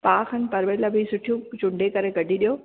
पाउ खनि परवेल बि सुठियूं चूंॾे करे कढी ॾियो